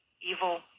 evil